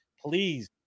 Please